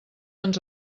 ens